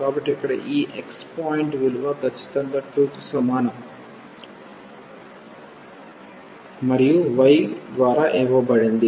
కాబట్టి ఇక్కడ ఈ x పాయింట్ విలువ ఖచ్చితంగా 2 కి సమానం మరియు y ద్వారా ఇవ్వబడింది